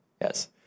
Yes